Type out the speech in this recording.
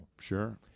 Sure